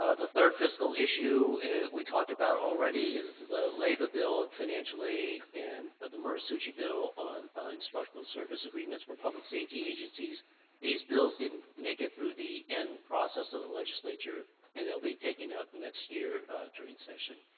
ah the third fiscal issue we talked about already is the the labor bill of financial aid and the marsucci bill on instructional service agreements for public safety agencies these bills didn't make it through the end process of the legislature and they'll be taking up next year during session